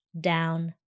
down